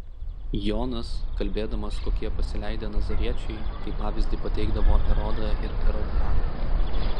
jonas kalbėdamas kokie pasileidę nazariečiai kaip pavyzdį pateikdavo erodą ir erodiadą